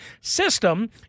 system